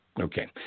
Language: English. Okay